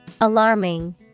alarming